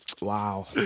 Wow